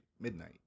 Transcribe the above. midnight